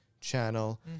channel